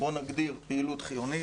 בואו נגדיר פעילות חיונית.